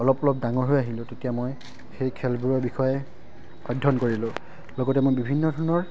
অলপ অলপ ডাঙৰ হৈ আহিলোঁ তেতিয়া মই সেই খেলবোৰৰ বিষয়ে অধ্যয়ন কৰিলোঁ লগতে মই বিভিন্ন ধৰণৰ